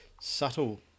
subtle